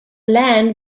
land